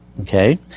Okay